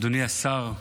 אדוני השר,